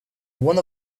one